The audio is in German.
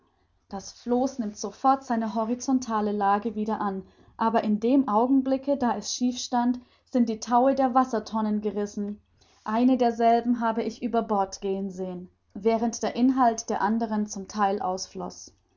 das floß nimmt sofort seine horizontale lage wieder an aber in dem augenblicke da es schief stand sind die taue der wassertonnen gerissen eine derselben habe ich über bord gehen sehen während der inhalt der anderen zum theil ausfloß